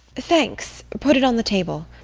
thanks put it on the table.